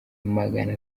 magana